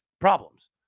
problems